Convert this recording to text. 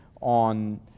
on